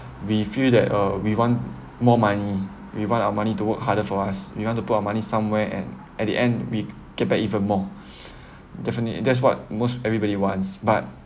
we feel that uh we want more money we want our money to work harder for us we want to put our money somewhere and at the end we get back even more definitely that's what most everybody wants but